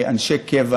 אנשי קבע,